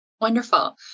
Wonderful